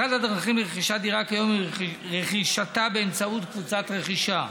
אחת הדרכים לרכישת דירה כיום היא רכישתה באמצעות קבוצת רכישה.